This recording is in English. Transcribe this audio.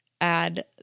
add